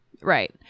Right